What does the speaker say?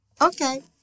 Okay